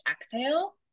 exhale